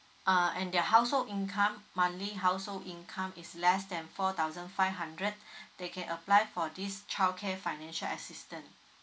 uh and their household income monthly household income is less than four thousand five hundred they can apply for this childcare financial assistance